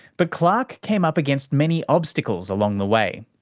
but clark came up against many obstacles along the way.